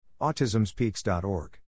AutismSpeaks.org